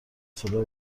صدا